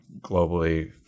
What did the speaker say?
globally